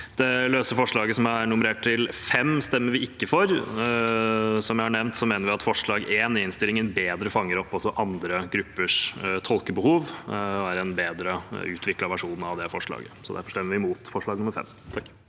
Det løse forslaget, nummerert som nr. 5, stemmer vi ikke for. Som jeg har nevnt, mener vi at forslag nr. 1 i innstillingen bedre fanger opp også andre gruppers tolkebehov og er en bedre utviklet versjon av det forslaget. Derfor stemmer vi mot forslag nr. 5.